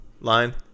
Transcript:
line